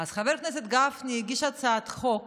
אז חבר הכנסת גפני הגיש הצעת חוק